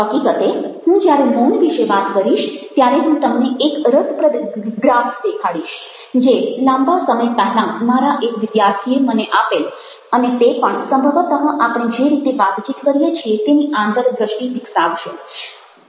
હકીકતે હું જ્યારે મૌન વિશે વાત કરીશ ત્યારે હું તમને એક રસપ્રદ ગ્રાફ દેખાડીશ જે લાંબા સમય પહેલાં મારા એક વિદ્યાર્થીએ મને આપેલ અને તે પણ સંભવતઃ આપણે જે રીતે વાતચીત કરીએ છીએ તેની આંતરદ્રષ્ટિ વિકસાવશે